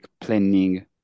planning